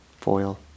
Foil